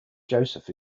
joseph